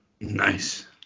Nice